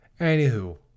Anywho